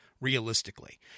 realistically